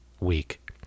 Week